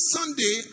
Sunday